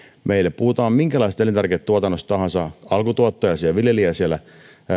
puhutaan minkälaisesta elintarviketuotannosta tahansa alkutuottajasta viljelijästä siellä